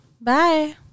bye